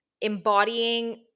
embodying